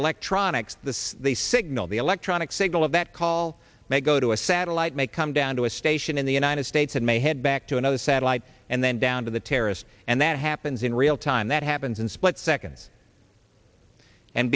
electronics this the signal the electronic signal of that call may go to a satellite may come down to a station in the united states and may head back to another satellite and then down to the terrorists and that happens in real time that happens in split seconds and